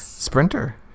sprinter